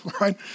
right